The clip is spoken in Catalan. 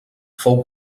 fou